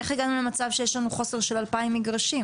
איך הגענו למצב שיש לנו חוסר של 2,000 מגרשים?